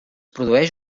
produeix